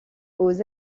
aux